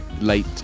late